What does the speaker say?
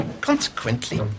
Consequently